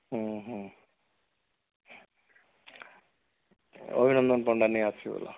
ହୁଁ ହୁଁ ଅଭିନନ୍ଦନ ପଣ୍ଡା ନାଇଁ ଆସିବ